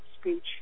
speech